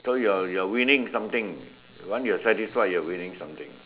so you're you're winning something once you're satisfied you're winning something